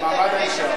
למעמד האשה.